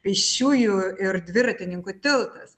pėsčiųjų ir dviratininkų tiltas